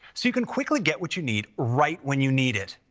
so you can quickly get what you need right when you need it.